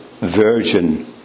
virgin